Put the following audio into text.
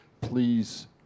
please